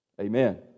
Amen